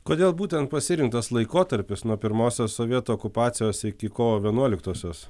kodėl būtent pasirinktas laikotarpis nuo pirmosios sovietų okupacijos iki kovo vienuoliktosios